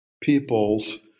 peoples